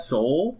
Soul